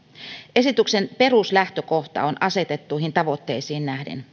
esityksen peruslähtökohta on asetettuihin tavoitteisiin nähden